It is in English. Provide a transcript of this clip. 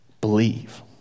believe